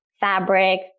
fabric